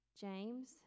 James